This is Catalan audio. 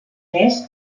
més